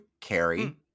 Carrie